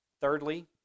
Thirdly